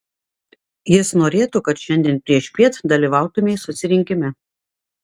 jis norėtų kad šiandien priešpiet dalyvautumei susirinkime